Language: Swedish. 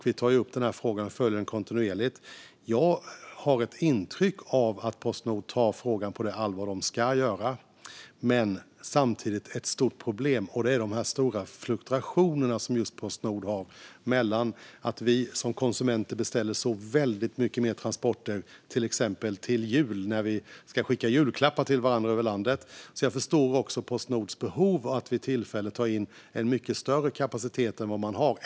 Vi tar upp den här frågan och följer den kontinuerligt. Jag har ett intryck av att Postnord tar frågan på det allvar som de ska göra. Samtidigt finns det ett stort problem med de stora fluktuationer som Postnord har. Vi som konsumenter beställer så väldigt mycket mer transporter till exempel till jul, när vi ska skicka julklappar till varandra över landet. Jag förstår också Postnords behov av att vid vissa tillfällen ta in en mycket större kapacitet än vad man har.